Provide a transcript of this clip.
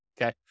okay